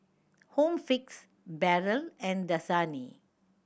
Home Fix Barrel and Dasani